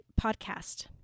Podcast